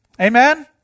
Amen